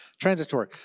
Transitory